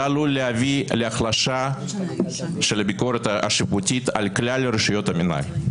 זה עלול להביא להחלשה נוספת של הביקורת השיפוטית על כלל רשויות המנהל.